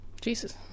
Jesus